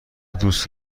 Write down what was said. دوست